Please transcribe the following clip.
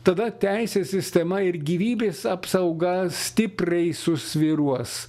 tada teisės sistema ir gyvybės apsauga stipriai susvyruos